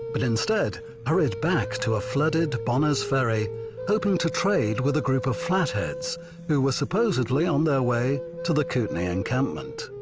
but instead hurried back to a flooded bonner's ferry hoping to trade with a group of flathead who were supposedly on their way to the kootenai encampment.